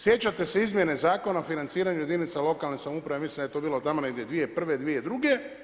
Sjećate se izmjene Zakona o financiranju jedinica lokalne samouprave, ja mislim da je to bilo tamo negdje 2001., 2002.